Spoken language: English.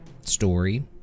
story